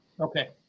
Okay